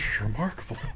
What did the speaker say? remarkable